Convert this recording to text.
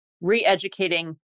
re-educating